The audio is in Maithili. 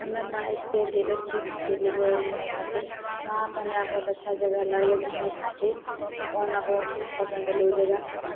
हमे बाइक से गेलो छी सिलीगुड़ी घुमय खातिर वहाँ पर हमरा बहुत अच्छा जगह लागलै घुमय खातिर ओ हमरा बहुत पसन्द एलै ओ जगह